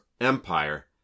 Empire